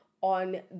on